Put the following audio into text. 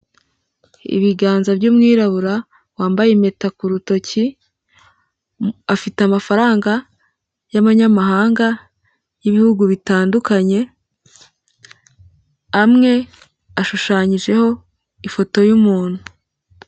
Ibiganza by'umwirabura wambaye impeta ku rutoki, afite amafaranga y'abanyamahanga y’ibihugu bitandukanye, amwe ashushanyijeho ifoto y’umuntu.